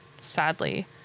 sadly